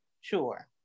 sure